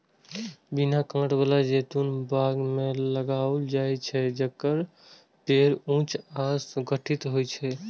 बिना कांट बला जैतून बाग मे लगाओल जाइ छै, जेकर पेड़ ऊंच आ सुगठित होइ छै